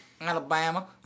Alabama